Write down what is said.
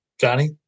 Johnny